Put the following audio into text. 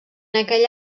aquell